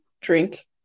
drink